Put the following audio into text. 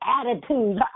attitude